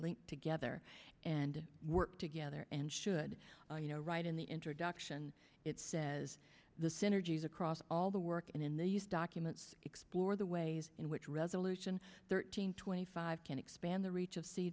linked together and work together and should you know right in the introduction it says the synergies across all the work and in these documents explore the ways in which resolution thirteen twenty five can expand the reach of see